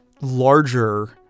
larger